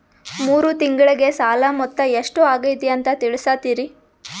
ಮೂರು ತಿಂಗಳಗೆ ಸಾಲ ಮೊತ್ತ ಎಷ್ಟು ಆಗೈತಿ ಅಂತ ತಿಳಸತಿರಿ?